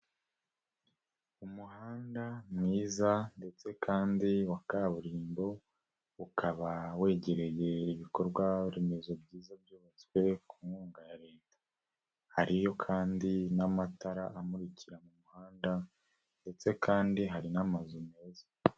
Umuhanda mwiza ndetse kandi wa kaburimbo, ukaba wegereye ibikorwaremezo byiza byubatswe ku nkunga ya Leta, hariyo kandi n'amatara amurikira mu muhanda ndetse kandi hari n'amazu meza.